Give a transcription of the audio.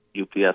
UPS